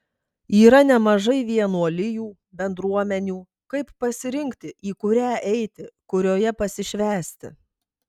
yra nemažai vienuolijų bendruomenių kaip pasirinkti į kurią eiti kurioje pasišvęsti